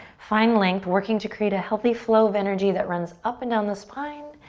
find length, working to create a healthy flow of energy that runs up and down the spine.